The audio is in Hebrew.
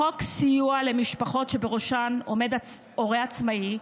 בחוק סיוע למשפחות שבראשן הורה עצמאי,